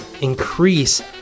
increase